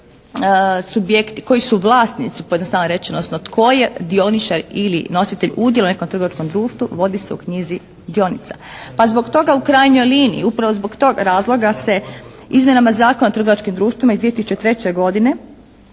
koji su vlasnici pojednostavljeno rečeno, odnosno tko je dioničar ili nositelj udjela u nekom trgovačkom društvu vodi se u knjizi dionica. Pa zbog toga u krajnjoj liniji, upravo zbog tog razloga se izmjenama Zakona o trgovačkim društvima iz 2003. godine,